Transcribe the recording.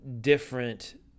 different